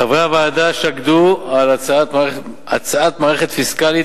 חברי הוועדה שקדו על הצעת מערכת פיסקלית